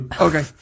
Okay